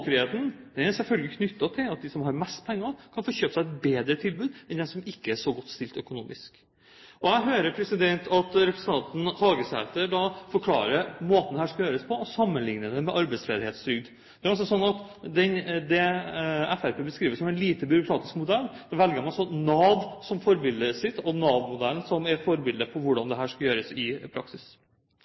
har mest penger, kan få kjøpt seg et bedre tilbud enn dem som ikke er så godt stilt økonomisk. Jeg hører at representanten Hagesæter forklarer måten dette skal gjøres på, og sammenligner det med arbeidsledighetstrygd. Det er altså slik at i det som Fremskrittspartiet beskriver som en lite byråkratisk modell, velger de altså Nav-modellen som forbilde for hvordan dette skal gjøres i praksis. Høyre på sin side har startet valgkampen, som jeg var inne på i